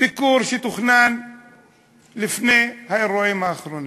ביקור שתוכנן לפני האירועים האחרונים.